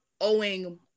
owing